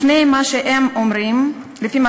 לפי מה שהם אומרים,